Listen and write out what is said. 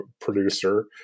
producer